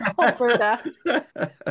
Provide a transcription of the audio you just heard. Alberta